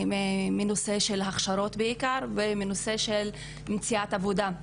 בעיקר בנושא של הכשרות ובנושא של מציאת עבודה.